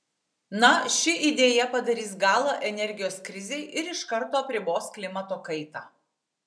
na ši idėja padarys galą energijos krizei ir iš karto apribos klimato kaitą